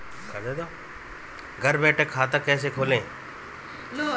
घर बैठे खाता कैसे खोलें?